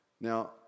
Now